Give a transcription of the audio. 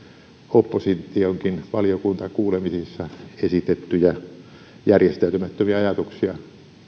oppositionkin valiokuntakuulemisissa esittämiä järjestäytymättömiä ajatuksia